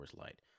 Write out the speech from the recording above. Light